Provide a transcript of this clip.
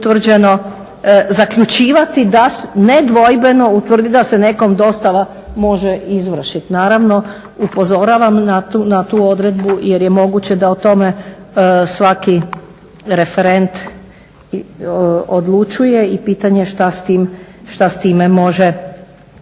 utvrđeno zaključivati da se nedvojbeno utvrdi da se nekom dostava može i izvršiti. Naravno upozoravam na tu odredbu jer je moguće da o tome svaki referent odlučuje i pitanje šta s time može